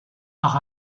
par